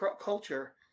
culture